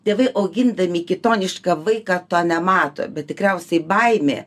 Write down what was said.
tėvai augindami kitonišką vaiką to nemato bet tikriausiai baimė